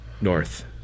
north